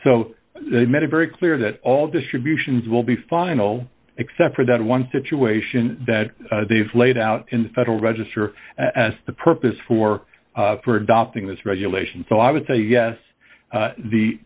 so they made it very clear that all distributions will be final except for that one situation that they've laid out in the federal register as the purpose for for adopting this regulation so i would say yes